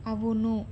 అవును